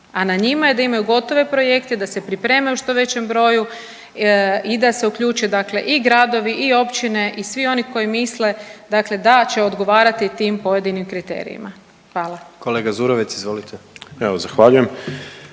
A na njima je da imaju gotove projekte da se pripreme u što većem broju i da se uključe i gradovi i općine i svi oni koji misle da će odgovarati tim pojedinim kriterijima. Hvala. **Jandroković, Gordan